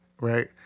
right